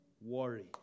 worry